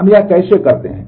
हम यह कैसे करते हैं